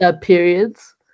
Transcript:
periods